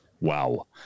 wow